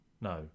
No